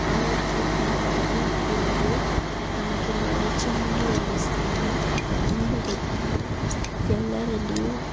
ಆರೋಗ್ಯಕರವಾಗಿ ಇರಲು ನಮಗೆ ಒಳಚರಂಡಿ ವ್ಯವಸ್ಥೆಯನ್ನು ನೀಡಬೇಕೆಂದು ಎಲ್ಲರಲ್ಲಿಯೂ